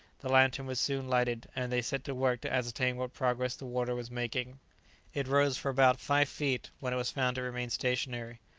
the lantern was soon lighted, and they set to work to ascertain what progress the water was making it rose for about five feet, when it was found to remain stationary.